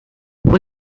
all